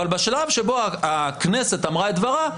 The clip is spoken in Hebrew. אבל בשלב שבו הכנסת אמרה את דברה,